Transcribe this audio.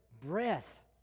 breath